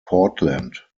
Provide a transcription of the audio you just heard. portland